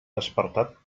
despertat